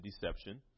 deception